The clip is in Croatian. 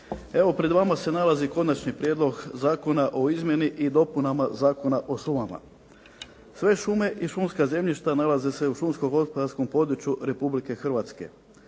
Evo, pred vama se nalazi Konačni prijedlog zakona o izmjeni i dopunama Zakona o šumama. Sve šume i šumska zemljišta nalaze se u šumskom-gospodarskom području Republike Hrvatske.